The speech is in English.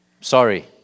sorry